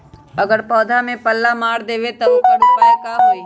अगर पौधा में पल्ला मार देबे त औकर उपाय का होई?